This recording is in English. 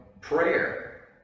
prayer